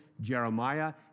Jeremiah